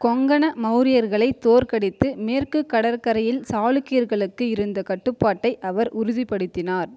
கொங்கண மௌரியர்களைத் தோற்கடித்து மேற்குக் கடற்கரையில் சாளுக்கியர்களுக்கு இருந்த கட்டுப்பாட்டை அவர் உறுதிப்படுத்தினார்